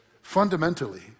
Fundamentally